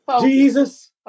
Jesus